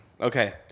Okay